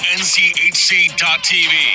nchc.tv